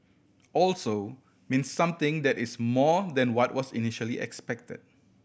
also means something that is more than what was initially expected